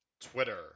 twitter